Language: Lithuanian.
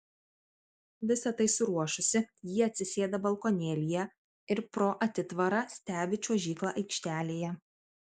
visa tai suruošusi ji atsisėda balkonėlyje ir pro atitvarą stebi čiuožyklą aikštelėje